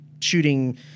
shooting